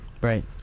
Right